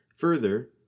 Further